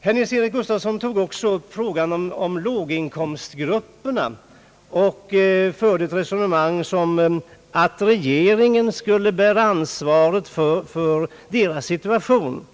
Herr Nils-Eric Gustafsson tog även upp frågan om låginkomstgrupperna och förde ett resonemang som om regeringen skulle bära ansvaret för deras situation.